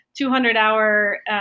200-hour